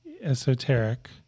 Esoteric